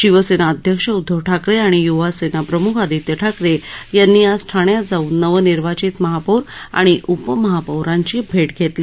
शिवसेना अध्यक्ष उद्धव ठाकरे आणि य्वा सेना प्रम्ख आदित्य ठाकरे यांनी आज ठाण्यात जाऊन नवनिर्वाचित महापौर आणि उपमहापौरांची भेट घेतली